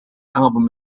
album